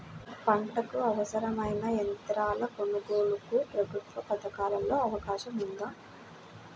పంటకు అవసరమైన యంత్రాల కొనగోలుకు ప్రభుత్వ పథకాలలో అవకాశం ఉందా?